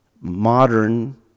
modern